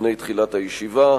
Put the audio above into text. לפני תחילת הישיבה.